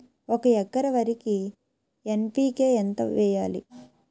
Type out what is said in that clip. ఒక ఎకర వరికి ఎన్.పి.కే ఎంత వేయాలి?